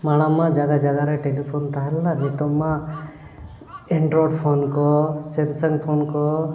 ᱢᱟᱲᱟᱝ ᱢᱟ ᱡᱟᱭᱜᱟ ᱡᱟᱭᱜᱟ ᱨᱮ ᱴᱮᱞᱤᱯᱷᱳᱱ ᱛᱟᱦᱮᱸ ᱞᱮᱱᱟ ᱱᱤᱛᱳᱜ ᱢᱟ ᱮᱱᱰᱨᱚᱭᱮᱰ ᱯᱷᱳᱱ ᱠᱚ ᱥᱟᱢᱥᱟᱝ ᱯᱷᱳᱱ ᱠᱚ